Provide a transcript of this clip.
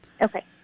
Okay